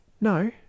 no